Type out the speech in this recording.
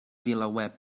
vilaweb